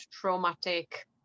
traumatic